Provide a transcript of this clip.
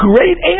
Great